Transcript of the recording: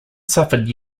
suffered